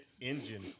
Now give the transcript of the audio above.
Engine